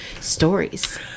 stories